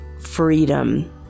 freedom